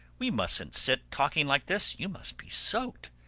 we mustn't sit talking like this. you must be soaked.